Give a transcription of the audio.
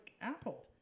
Apple